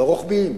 לא רוחביים,